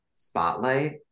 spotlight